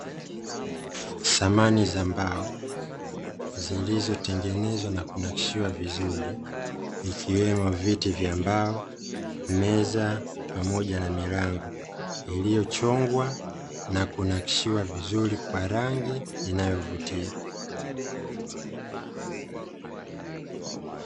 Samani za mbao zilizotengenezwa na kunakshiwa vizuri ikiwemo: viti vya mbao, meza, pamoja na milango iliyochongwa na kunakshiwa vizuri kwa rangi inayovutia.